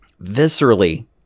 viscerally